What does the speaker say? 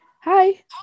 hi